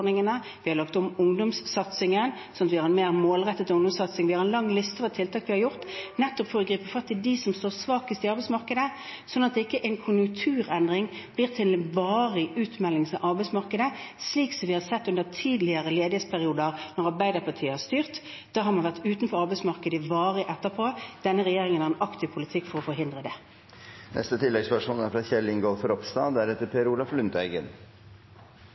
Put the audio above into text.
lagt om ungdomssatsingen, slik at vi har en mer målrettet ungdomssatsing. Vi har en lang liste over tiltak vi har satt i verk, nettopp for å gripe fatt i dem som står svakest i arbeidsmarkedet, slik at ikke en konjunkturendring blir til en varig utmeldelse av arbeidsmarkedet, som vi har sett under tidligere ledighetsperioder når Arbeiderpartiet har styrt. Da har man vært varig utenfor arbeidsmarkedet etterpå. Denne regjeringen har en aktiv politikk for å forhindre det. Kjell Ingolf Ropstad – til oppfølgingsspørsmål. Vi er